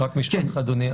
רק משפט אחד, אדוני.